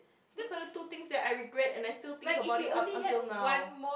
those are the two things that I regret and I still think about it up until now